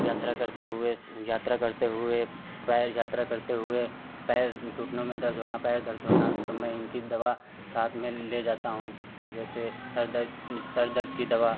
यात्रा करते हुए यात्रा करते हुए पैर यात्रा करते हुए पैर घुटनों में दर्द होना पैर दर्द होना तो मैं इनकी दवा साथ में ले जाता हूँ जैसे सर दर्द उंह सर दर्द की दवा